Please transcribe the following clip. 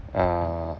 uh